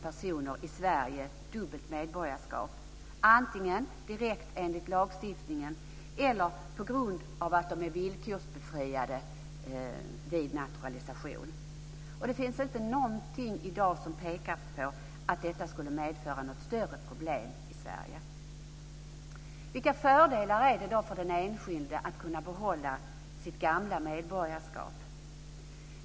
personer i Sverige dubbelt medborgarskap, antingen direkt enligt lagstiftningen eller på grund av att de är villkorsbefriade vid naturalisation. Det finns inte något i dag som pekar på att detta skulle medföra några större problem i Sverige. Vilka fördelar är det då för den enskilde att kunna behålla sitt gamla medborgarskap?